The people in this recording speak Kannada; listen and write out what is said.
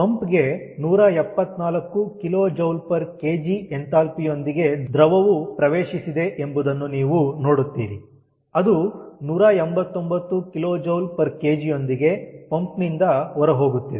ಪಂಪ್ ಗೆ 174 kJkg ಎಂಥಾಲ್ಪಿ ಯೊಂದಿಗೆ ದ್ರವವು ಪ್ರವೇಶಿಸಿದೆ ಎಂಬುದನ್ನು ನೀವು ನೋಡುತ್ತೀರಿ ಅದು 189 kJkg ಯೊಂದಿಗೆ ಪಂಪ್ ನಿಂದ ಹೊರಹೋಗುತ್ತಿದೆ